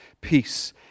peace